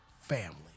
family